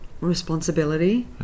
Responsibility